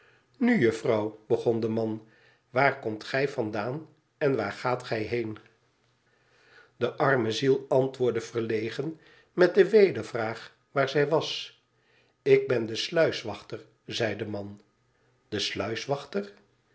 nu jufiouw begon de man waar komt gij vandaan en waar gaat gij heen de arme ziel antwoordde verlegen met de wedervraag waar zij was ik ben de sluiswachter zei de man t de